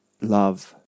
love